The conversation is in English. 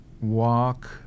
walk